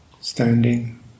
standing